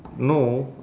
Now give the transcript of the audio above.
no